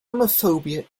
homophobia